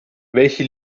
welche